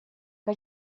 que